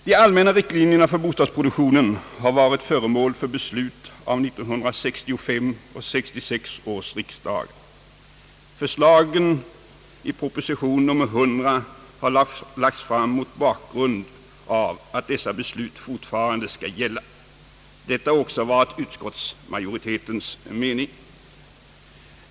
De allmänna riktlinjerna för bostadsproduktionen har varit föremål för beslut av 1963 och 1966 års riksdagar. Förslagen i propositionen nr 100 har lagts fram mot bakgrund av att dessa beslut fortfarande skall gälla. Detta har också varit utskottsmajoritetens mening.